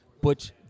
Butch